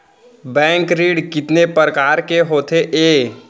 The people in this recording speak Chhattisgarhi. बैंक ऋण कितने परकार के होथे ए?